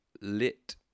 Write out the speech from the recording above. lit